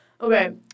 Okay